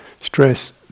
stress